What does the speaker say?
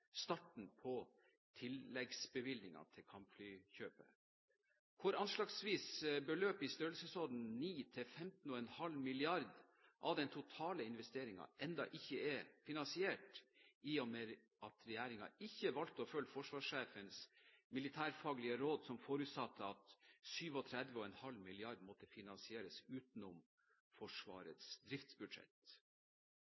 starten på tilleggsbevilgninger til kampflykjøpet. Beløp i anslagsvis størrelsesorden 9 til 15,5 mrd. kr av den totale investeringen er enda ikke finansiert, i og med at regjeringen ikke valgte å følge forsvarssjefens militærfaglige råd, som forutsatte at 37,5 mrd. kr måtte finansieres utenom